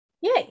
Yay